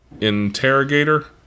interrogator